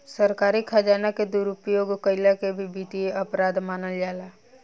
सरकारी खजाना के दुरुपयोग कईला के भी वित्तीय अपराध मानल जाला